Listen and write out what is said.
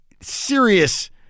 serious